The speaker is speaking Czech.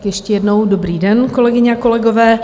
Ještě jednou dobrý den, kolegyně a kolegové.